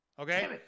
Okay